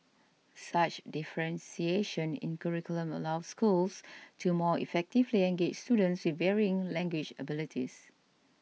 such differentiation in curriculum allows schools to more effectively engage students with varying language abilities